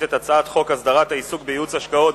את הצעת חוק הסדרת העיסוק בייעוץ השקעות,